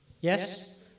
Yes